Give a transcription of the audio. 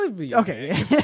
okay